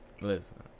Listen